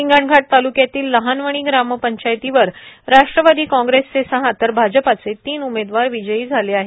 हिंगणघाट तालुक्यातील लहान वणी ग्रामपंचायतीवर राष्ट्रवादी काँग्रेसचे सहा तर भाजपचे तीन उमेदवार विजयी झाले आहेत